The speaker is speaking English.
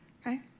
okay